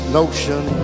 notion